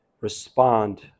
respond